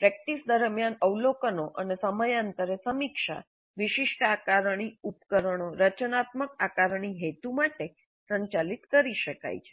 practice દરમિયાન અવલોકનો અને સમયાંતરે સમીક્ષા વિશિષ્ટ આકારણી ઉપકરણો રચનાત્મક આકારણી હેતુ માટે સંચાલિત કરી શકાય છે